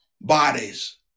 bodies